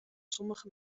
sommige